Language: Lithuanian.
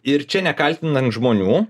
ir čia nekaltinant žmonių